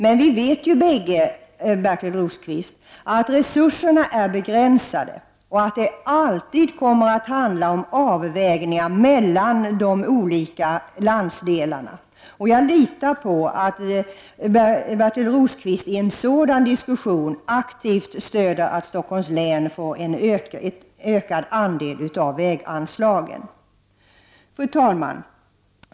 Men vi vet ju bägge, Birger Rosqvist, att resurserna är begränsade och att det alltid kommer att handla om avvägningar mellan de olika landsdelarna. Jag litar på att Birger Rosqvist i en sådan diskussion aktivt stöder önskemålen att Stockholms län får en ökad andel av väganslagen. Fru talman!